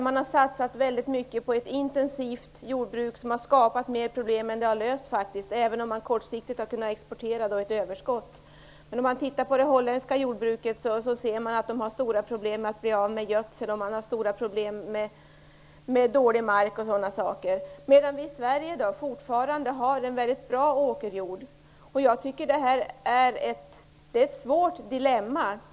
Man har satsat väldigt mycket på ett intensivt jordbruk som har skapat fler problem än det har löst, även om man kortsiktigt har kunnat exportera ett överskott. Det holländska jordbruket har stora problem med att bli av med gödsel. Man har också stora problem med dålig mark o.d. Vi i Sverige däremot har fortfarande en väldigt bra åkerjord. Jag tycker att detta är ett svårt dilemma.